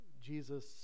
Jesus